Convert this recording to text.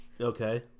Okay